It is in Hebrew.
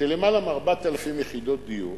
של למעלה מ-4,000 יחידות דיור